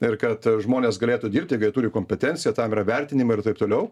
ir kad žmonės galėtų dirbt jeigu jie turi kompetenciją tam yra vertinimai ir taip toliau